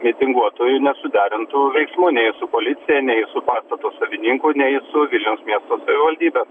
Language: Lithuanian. mitinguotojų nesuderintų veiksmų nei su policija nei su pastato savininku nei su vilniaus miesto savivaldybe